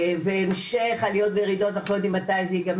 מצבנו יחסית לעולם הוא לא גרוע וסך הכל בריאות הנפש בארץ היא מצוינת.